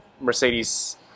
Mercedes